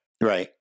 Right